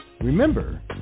Remember